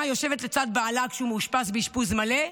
יושבת לצד בעלה כשהוא מאושפז באשפוז מלא,